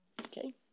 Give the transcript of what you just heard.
Okay